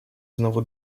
znowu